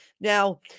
Now